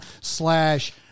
slash